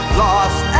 lost